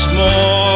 more